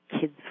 kids